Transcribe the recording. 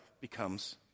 becomes